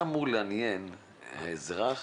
מה אמור לעניין אזרח,